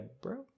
bro